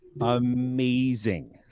amazing